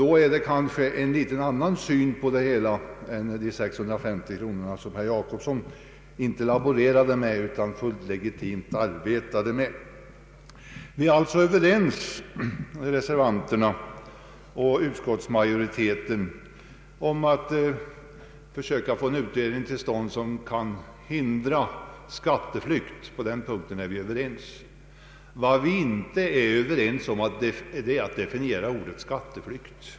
Sådana belopp måste nog betraktas på annat sätt än de 650 kronor som herr Jacobsson fullt legitimt arbetade med och således alls inte laborerade med. Reservanterna och utskottsmajoriteten är nu överens om att försöka få till stånd en utredning för att söka hindra skatteflykt. Vad vi inte är överens om är hur man skall definiera ordet skatteflykt.